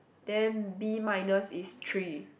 then B minus is three